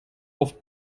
auf